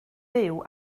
fyw